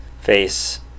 face